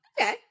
okay